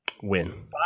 Win